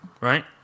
right